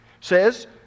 says